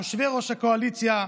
יושבי-ראש הקואליציה,